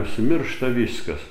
užsimiršta viskas